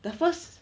the first